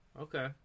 Okay